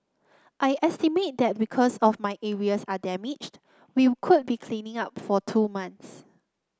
I estimate that because of my areas are damaged we could be cleaning up for two months